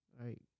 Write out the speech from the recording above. Right